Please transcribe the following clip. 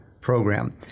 program